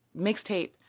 mixtape